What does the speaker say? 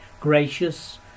Gracious